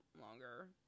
longer